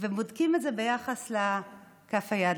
ובודקים את זה ביחס לכף היד.